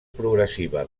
progressiva